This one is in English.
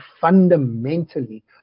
fundamentally